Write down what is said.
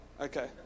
Okay